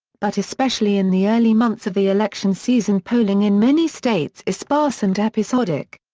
but especially in the early months of the election season polling in many states is sparse and episodic.